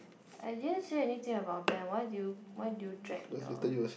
I didn't say anything about Ben why did you why do you drag your